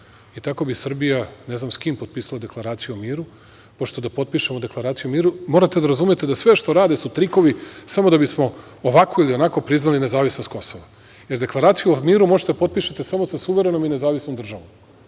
I tako bi Srbija ne znam s kim potpisala deklaraciju o miru, pošto da potpišemo deklaraciju o miru, morate da razumete da sve što rade su trikovi samo da bismo ovako ili onako priznali nezavisnost Kosova, jer deklaraciju o miru možete da potpišete samo sa suverenom i nezavisnom državom. Moje